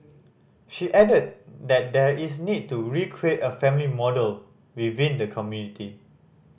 she added that there is need to recreate a family model within the community